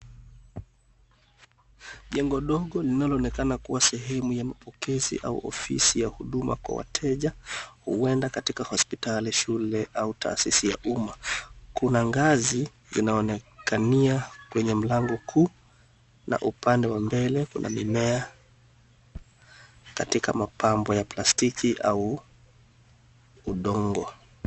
Jengo dogo linaloonekana kuwa sehemu ya mapokezi au ofisi ya huduma kwa wateja huenda katikka hospitali, shule au taasisi ya umma. Kuna nazi zinaonekania kwenye mlango kuu na upande wa mbele kuna mimea katika mapambo ya plastiki au udongo.